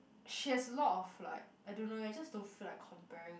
she has lot of like I don't know eh just don't feel like comparing